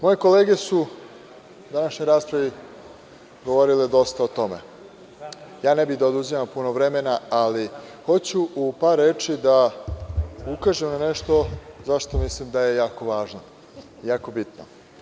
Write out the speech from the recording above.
Moje kolege su u današnjoj raspravi govorile dosta o tome, ja ne bih da oduzimam puno vremena, ali hoću u par reči da ukažem na nešto za šta mislim da je jako važno, jako bitno.